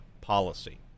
Policy